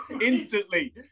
instantly